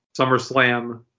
SummerSlam